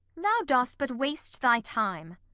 thou dost but waste thy time.